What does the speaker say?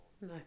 no